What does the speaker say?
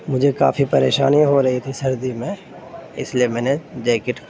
مجھے کافی پریشانی ہو رہی تھی سردی میں اس لیے میں نے جیکٹ